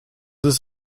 ist